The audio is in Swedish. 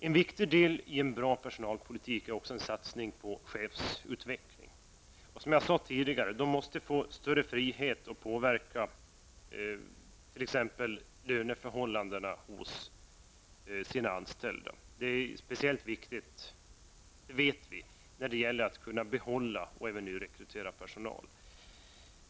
En viktig del av en bra personalpolitik är också en satsning på chefsutveckling. Som jag sade tidigare måste cheferna få en större frihet att kunna påverka t.ex. löneförhållandena för de anställda. Vi vet att det är speciellt viktigt när det gäller att kunna behålla och även nyrekrytera personal.